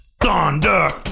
thunder